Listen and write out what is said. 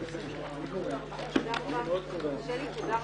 הישיבה ננעלה בשעה 13:10.